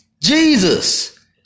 Jesus